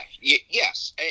yes